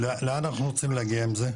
לאן אנחנו רוצים להגיע עם זה?